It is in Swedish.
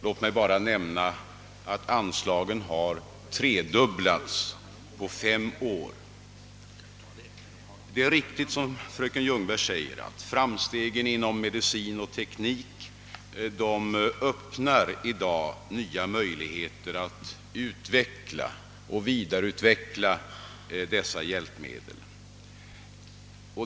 Låt mig bara nämna att anslagen har tredubblats på fem år. Det är riktigt som fröken Ljungberg säger att framstegen inom medicin och teknik i dag öppnar nya möjligheter att vidareutveckla dessa hjälpmedel.